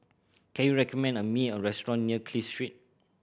can you recommend me a restaurant near Clive Street